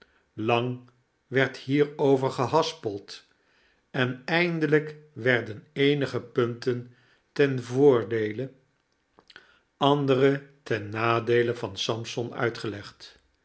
lang werd hierover gehaspeld en eindelijk werden eenige punten ten voordeele andere ten nadeele van sampson uitgelegd